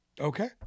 Okay